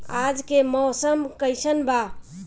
आज के मौसम कइसन बा?